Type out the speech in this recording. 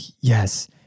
yes